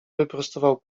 wyprostował